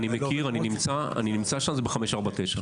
אני מכיר, אני נמצא שם, זה ב-549.